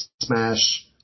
Smash